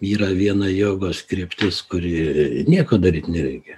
yra viena jogos kryptis kuri nieko daryt nereikia